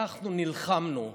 אנחנו נלחמנו,